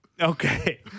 Okay